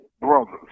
brothers